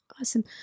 Awesome